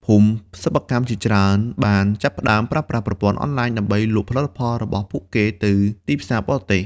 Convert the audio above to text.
ភូមិសិប្បកម្មជាច្រើនបានចាប់ផ្តើមប្រើប្រាស់ ប្រព័ន្ធអនឡាញ ដើម្បីលក់ផលិតផលរបស់ពួកគេទៅទីផ្សារបរទេស។